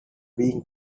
being